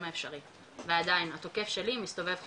האפשרי ועדין התוקף שלי מסתובב חופשי.